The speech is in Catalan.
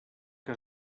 que